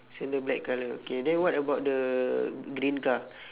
sandal black colour okay then what about the green car